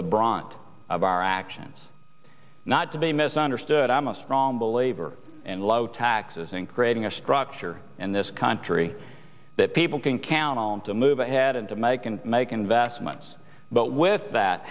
the bronze of our actions not to be misunderstood i'm a strong believer in low taxes and creating a structure in this country that people can count on to move ahead and to make and make investments but with that